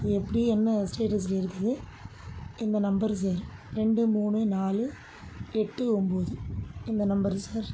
அது எப்படி என்ன ஸ்டேடஸில் இருக்குது இந்த நம்பர் சார் ரெண்டு மூணு நாலு எட்டு ஒன்போது இந்த நம்பர் சார்